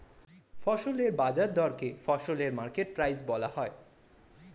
ফসলের বাজার দরকে ফসলের মার্কেট প্রাইস বলা হয়